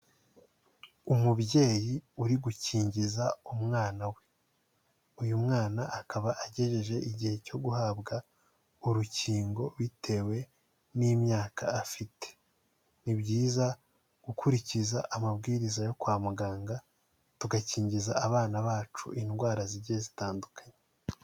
Umubyeyi uri gukingiza umwana we, uyu mwana akaba agejeje igihe cyo guhabwa urukingo bitewe n'imyaka afite, ni byiza gukurikiza amabwiriza yo kwa muganga tugakingiza abana bacu indwara zigiye zitandukanye.